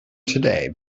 today